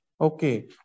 Okay